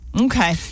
okay